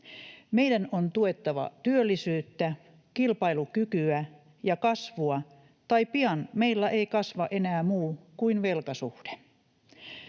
Meidän on tuettava työllisyyttä, kilpailukykyä ja kasvua, tai pian meillä ei kasva enää muu kuin velkasuhde.